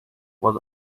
was